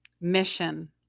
mission